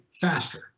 faster